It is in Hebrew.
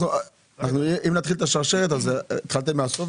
בואו נתחיל את השרשרת מהתחלה.